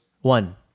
One